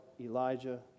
Elijah